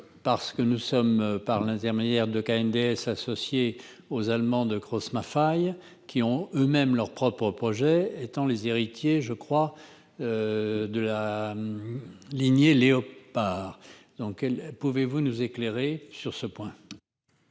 Parce que nous sommes, par l'intermédiaire de cas une déesse associée aux Allemands de cross ma faille qui ont eux-mêmes leurs propres projets étant les héritiers je crois. De la. Lignée. Léopard dans quel, pouvez-vous nous éclairer sur ce point.